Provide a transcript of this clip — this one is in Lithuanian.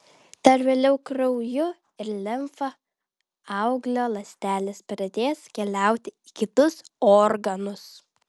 dar vėliau krauju ir limfa auglio ląstelės pradės keliauti į kitus organus